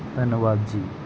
ਧੰਨਵਾਦ ਜੀ